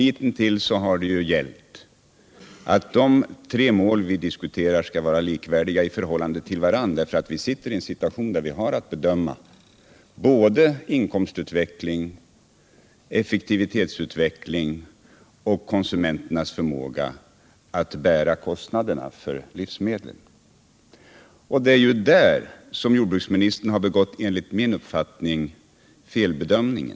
Hitintills har det ju gällt att de tre mål vi diskuterar skall vara likvärdiga i förhållande till varandra, eftersom vi har att bedöma såväl inkomstutveckling och effektivitetsutveckling som konsumenternas förmåga att bära kostnaderna för livsmedlen. Det är på den punkten som jordbruksministern enligt min uppfattning har gjort sig skyldig till en felbedömning.